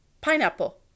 Pineapple